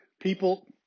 people